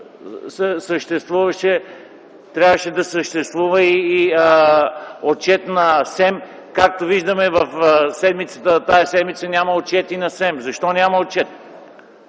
трябваше да съществува и отчет на СЕМ. Както виждаме, тази седмица няма и отчет на СЕМ. Защо няма такъв?!